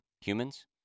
humans